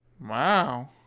Wow